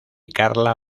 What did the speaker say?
carla